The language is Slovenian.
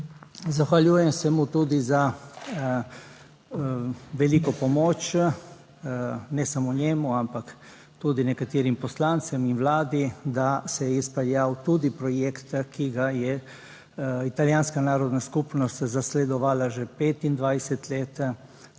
Zahvaljujem se mu tudi za veliko pomoč ne samo njemu, ampak tudi nekaterim poslancem in vladi, da se je izpeljal tudi projekt, ki ga je italijanska narodna skupnost zasledovala že 25 let,